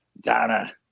Donna